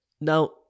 Now